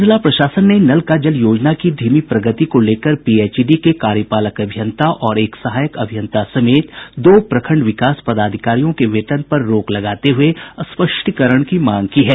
शेखप्रा जिला प्रशासन ने नल का जल योजना की धीमी प्रगति को लेकर पीएचईडी के कार्यपालक अभियंता और एक सहायक अभियंता समेत दो प्रखंड विकास पदाधिकारियों के वेतन पर रोक लगाते हुए स्पष्टीकरण की मांग की है